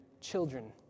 children